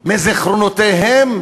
מזיכרונותיהם,